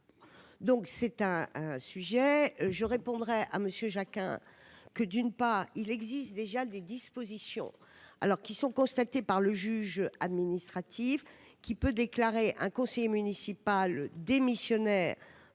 donc c'est un sujet, je répondrai à Monsieur Jacquin que d'une pas il existe déjà des dispositions alors qu'ils sont constatées par le juge administratif, qui peut déclarer un conseiller municipal démissionnaire